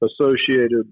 associated